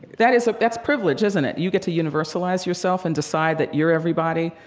that is that's privilege, isn't it? you get to universalize yourself and decide that you're everybody,